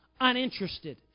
uninterested